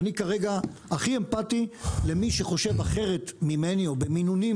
ואני כרגע הכי אמפתי למי שחושב אחרת ממני או במינונים